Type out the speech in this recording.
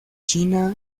china